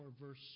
verse